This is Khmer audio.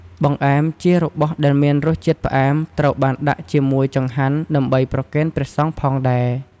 បង្អែមជារបស់ដែលមានរសជាតិផ្អែមត្រូវបានដាក់ជាមូយចង្ហាន់ដើម្បីប្រគេនព្រះសង្ឃផងដែរ។